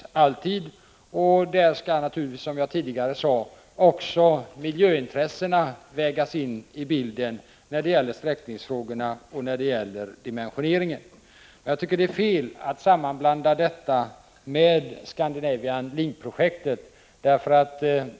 Vid denna behandling skall naturligtvis, som jag tidigare sade, också miljöintressena vägas in i bilden när det gäller sträckning och dimensionering. Jag tycker att det är fel att sammanblanda vägbyggena i Bohuslän med Scandinavian Link-projektet.